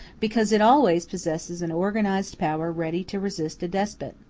because it always possesses an organized power ready to resist a despot.